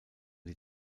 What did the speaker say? die